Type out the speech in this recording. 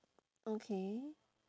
okay